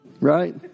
Right